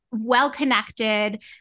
well-connected